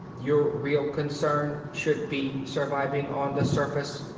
your real concern should be surviving on the surface.